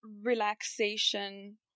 relaxation